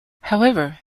however